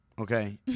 Okay